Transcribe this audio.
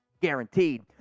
guaranteed